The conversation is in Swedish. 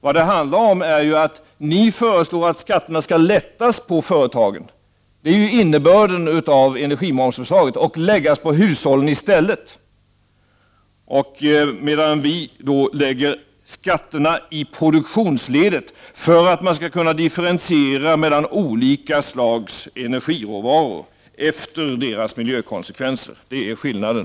Vad det handlar om är att ni föreslår att företagens skatter skall sänkas. Det är innebörden av energimomsförslaget. De skall läggas på hushållen i stället. Vi placerar skatterna i produktionsledet, för att man skall kunna differentiera mellan olika slags energiråvaror efter deras miljökonsekvenser. Det är skillnaden.